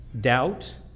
doubt